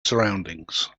surroundings